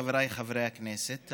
חבריי חברי הכנסת,